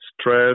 stress